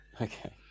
Okay